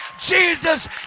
Jesus